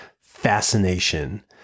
fascination